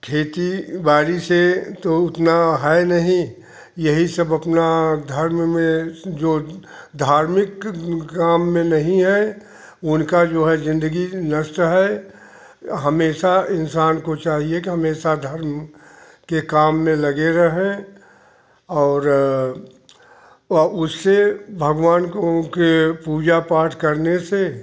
खेती बाड़ी से तो उतना है नहीं यही सब अपना धर्म में जो धार्मिक काम में नहीं हैं उनका जो है जिंदगी नष्ट है हमेशा इंसान को चाहिए कि हमेशा धर्म के काम में लगे रहें और व उससे भगवान को के पूजा पाठ करने से